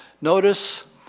Notice